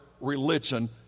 religion